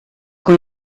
con